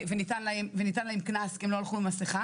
וניתן להם קנס כי הם לא הלכו עם מסיכה.